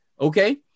Okay